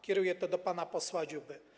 Kieruję to do pana posła Dziuby.